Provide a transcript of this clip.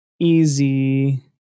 easy